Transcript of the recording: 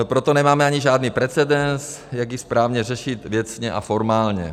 Proto nemáme ani žádný precedens, jak ji správně řešit věcně a formálně.